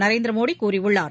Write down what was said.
நரேந்திரமோடிகூறியுள்ளார்